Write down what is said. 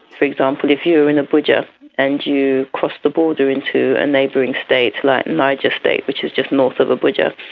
for example, if you were in abuja and you crossed the border into a neighbouring state like niger state which is just north of abuja,